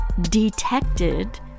detected